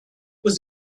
was